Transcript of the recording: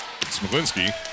Smolinski